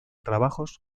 trabajos